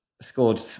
scored